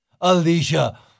Alicia